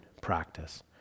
practice